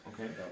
Okay